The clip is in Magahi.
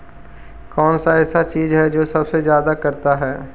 कौन सा ऐसा चीज है जो सबसे ज्यादा करता है?